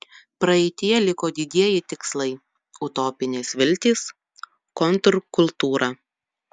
praeityje liko didieji tikslai utopinės viltys kontrkultūra